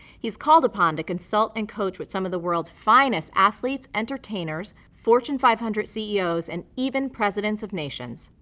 he's called upon to consult and coach with some of the world's finest athletes, entertainers fortune five hundred ceos, and even presidents of nations.